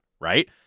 right